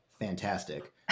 fantastic